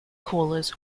callers